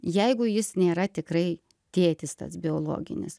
jeigu jis nėra tikrai tėtis tas biologinis